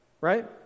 right